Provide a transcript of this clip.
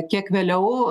kiek vėliau